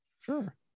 Sure